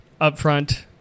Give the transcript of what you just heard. upfront